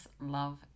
love